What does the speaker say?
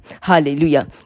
Hallelujah